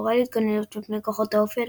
המורה להתגוננות מפני כוחות האופל,